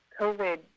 COVID